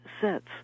sets